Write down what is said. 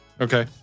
Okay